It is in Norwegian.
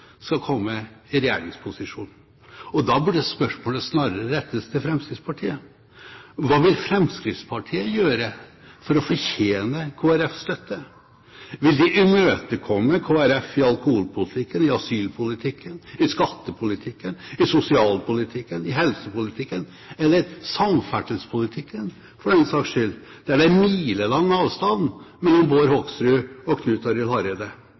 skal komme i regjeringsposisjon. Og da burde spørsmålet snarere rettes til Fremskrittspartiet. Hva vil Fremskrittspartiet gjøre for å fortjene Kristelig Folkepartis støtte? Vil de imøtekomme Kristelig Folkeparti i alkoholpolitikken, i asylpolitikken, i skattepolitikken, i sosialpolitikken, i helsepolitikken eller i samferdselspolitikken, for den saks skyld, der det er milelang avstand mellom Bård Hoksrud og Knut Arild Hareide?